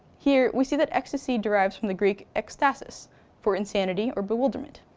here, we see that ecstasy derives from the greek ekstasis for insanity or bewilderment.